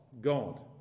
God